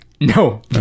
no